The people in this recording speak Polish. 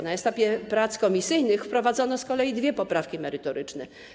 Na etapie prac komisyjnych wprowadzono z kolei dwie poprawki merytoryczne.